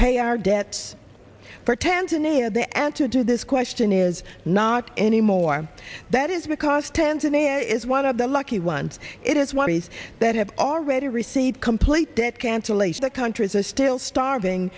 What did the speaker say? pay our debts for tanzania the and to do this question is not any more that is because tanzania is one of the lucky ones it is what these that have already received complete debt cancellation the countries are still starving